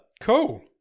Cool